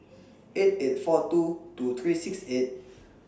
eight eight four two two three six eight